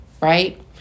right